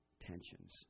tensions